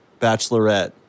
Bachelorette